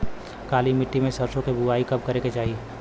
काली मिट्टी में सरसों के बुआई कब करे के चाही?